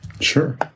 Sure